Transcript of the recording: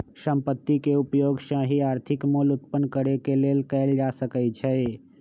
संपत्ति के उपयोग सही आर्थिक मोल उत्पन्न करेके लेल कएल जा सकइ छइ